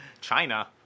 China